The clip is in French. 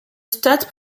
stade